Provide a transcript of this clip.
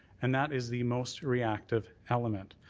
and that is the most reactive element.